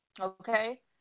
okay